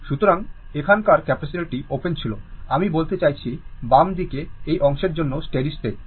সুতরাং এখানকার ক্যাপাসিটারটি ওপেন ছিল আমি বলতে চাইছি বাম দিকে এই অংশের জন্য স্টেডি স্টেট